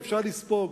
אפשר לספוג.